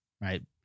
right